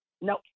Nope